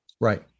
Right